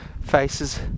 faces